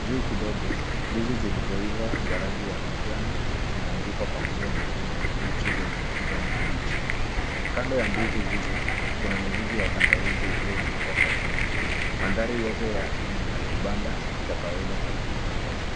juu kidogo ndizi zilizoiva za rangi ya manjano zimehangikwa pamoja na ndizi bichi zenye kijani kibichi. Kando ya ndizi hizo kuna mizizi ya tangawizi ikiwa imewekwa kwa kundi, maanthari ni ya kibanda cha kawaida cha kuuzia mboga.